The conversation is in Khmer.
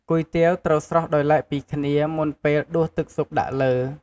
គុយទាវត្រូវស្រុះដោយឡែកពីគ្នាមុនពេល ដួសទឹកស៊ុបដាក់លើ។